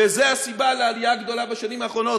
וזאת הסיבה לעלייה הגדולה בשנים האחרונות.